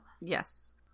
Yes